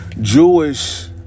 Jewish